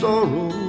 Sorrow